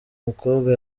mukobwa